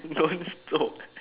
non stop